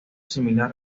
similar